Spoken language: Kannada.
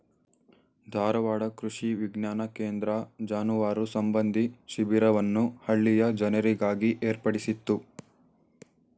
ಧಾರವಾಡ ಕೃಷಿ ವಿಜ್ಞಾನ ಕೇಂದ್ರ ಜಾನುವಾರು ಸಂಬಂಧಿ ಶಿಬಿರವನ್ನು ಹಳ್ಳಿಯ ಜನರಿಗಾಗಿ ಏರ್ಪಡಿಸಿತ್ತು